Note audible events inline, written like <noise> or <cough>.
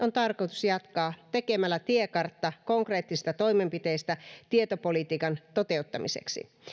<unintelligible> on tarkoitus jatkaa tekemällä tiekartta konkreettisista toimenpiteistä tietopolitiikan toteuttamiseksi